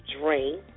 drain